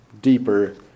deeper